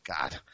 God